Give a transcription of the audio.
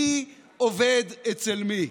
מי עובד אצל מי?